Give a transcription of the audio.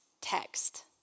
text